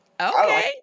Okay